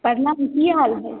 प्रणाम की हाल हइ